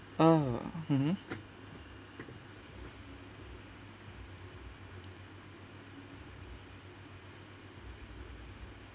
oh mmhmm